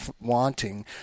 wanting